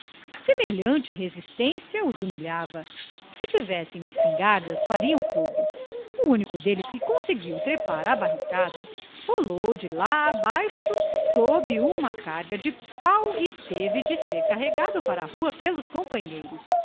semelhante resistência os humilhava se tivessem espingardas fariam fogo o único deles que conseguiu trepar à barricada rolou de lá abaixo sob uma carga de pau que teve de ser carregado para a rua pelos companheiros